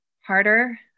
harder